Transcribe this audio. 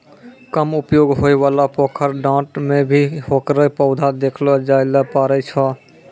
कम उपयोग होयवाला पोखर, डांड़ में भी हेकरो पौधा देखलो जाय ल पारै छो